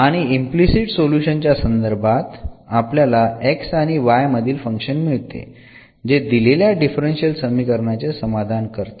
आणि implicit solution च्या संदर्भात आपल्याला x आणि y मधील फंक्शन मिळते जे दिलेल्या डिफरन्शियल समीकरणाचे समाधान करते